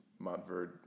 Montverde